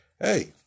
hey